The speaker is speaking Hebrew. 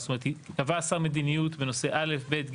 ומפיצים